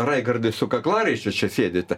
raigardai su kaklaraiščiu čia sėdite